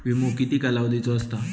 विमो किती कालावधीचो असता?